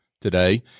today